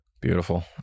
beautiful